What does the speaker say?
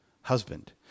husband